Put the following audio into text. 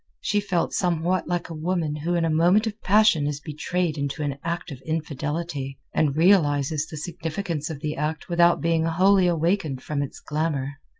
she felt somewhat like a woman who in a moment of passion is betrayed into an act of infidelity, and realizes the significance of the act without being wholly awakened from its glamour.